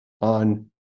on